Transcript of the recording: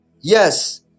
Yes